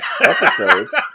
episodes